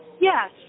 Yes